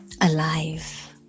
alive